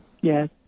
yes